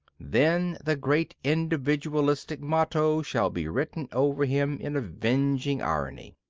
then the great individualistic motto shall be written over him in avenging irony.